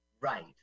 Right